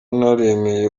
naremeye